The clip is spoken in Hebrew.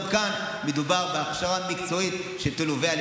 גם כאן מדובר בהכשרה מקצועית שתלווה על